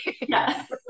yes